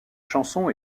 chanson